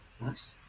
Nice